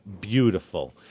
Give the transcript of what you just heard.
beautiful